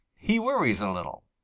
he worries a little.